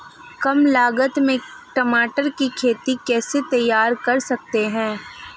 कम लागत में टमाटर की खेती कैसे तैयार कर सकते हैं?